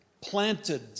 planted